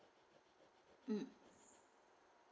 mm